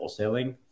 wholesaling